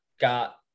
got